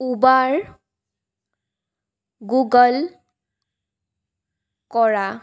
Uber Google কৰা